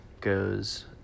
goes